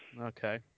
Okay